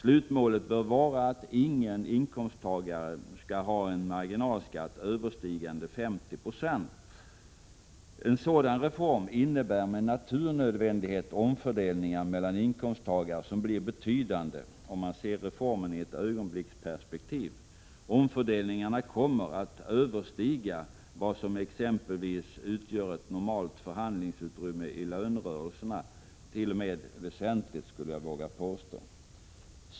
Slutmålet bör vara att ingen inkomsttagare skall ha en marginalskatt överstigande 50 96. En sådan reform innebär med naturnödvändighet omfördelningar mellan inkomsttagarna som blir betydande, om man ser reformen i ett ögonblicks 49 , perspektiv. Omfördelningarna kommer att överstiga exempelvis det som ; utgör ett normalt förhandlingsutrymme i lönerörelserna— de kommert.o.m. att överstiga detta väsentligt, skulle jag vilja påstå.